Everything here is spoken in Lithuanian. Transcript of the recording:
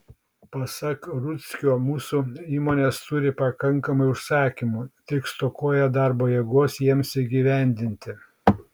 pasak rudzkio mūsų įmonės turi pakankamai užsakymų tik stokoja darbo jėgos jiems įgyvendinti